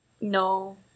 No